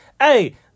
Hey